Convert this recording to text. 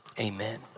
amen